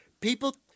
people